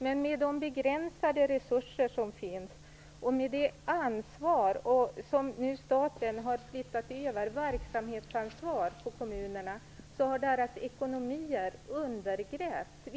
Men med de begränsade resurser som finns och med det verksamhetsansvar som staten har flyttat över på kommunerna har deras ekonomier undergrävts.